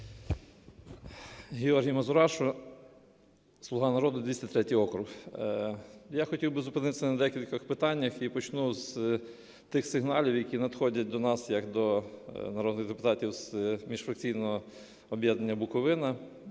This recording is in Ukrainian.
Георгій Мазурашу, "Слуга народу", 203 округ. Я хотів би зупинитися на декількох питаннях і почну з тих сигналів, які надходять до нас як до народних депутатів з міжфракційного об'єднання "Буковина".